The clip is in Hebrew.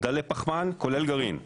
דלי פחמן כולל גרעין.